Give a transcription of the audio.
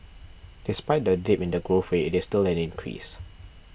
despite the dip in the growth rate it is still an increase